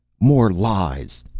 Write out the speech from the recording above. more lies!